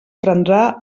prendrà